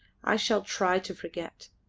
i shall try to forget.